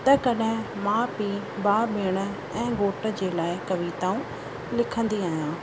त कॾहिं मां पीउ भाउ भेण ऐं घोट जे लाइ कविताऊं लिखंदी आहियां